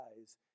eyes